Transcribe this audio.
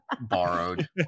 borrowed